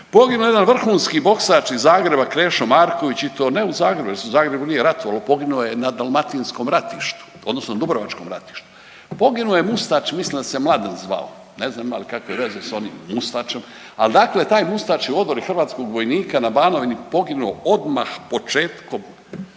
poginuo je jedan vrhunski boksač iz Zagreba Krešo Marković i to ne u Zagrebu jer se u Zagrebu nije ratovalo, poginuo je na dalmatinskom ratištu odnosno dubrovačkom ratištu, poginuo je Mustač, mislim da se Mladen zvao, ne znam imali li kakve veze s onim Mustačem, ali dakle taj Mustač je u odori hrvatskog vojnika na Banovini poginuo odmah početkom